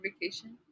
vacation